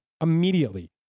Immediately